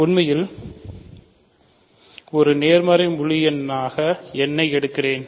உண்மையில் ஒரு நேர்மறை முழு எண்ணாக n ஐ எடுக்கிறேன்